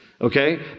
Okay